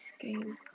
game